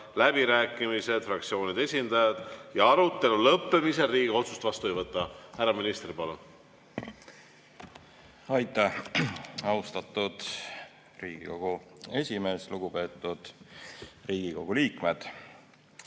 Läbirääkimised on fraktsioonide esindajatele ja arutelu lõppemisel Riigikogu otsust vastu ei võta. Härra minister, palun! Aitäh, austatud Riigikogu esimees! Lugupeetud Riigikogu liikmed!